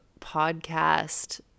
podcast